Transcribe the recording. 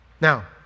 Now